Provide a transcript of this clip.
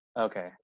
okay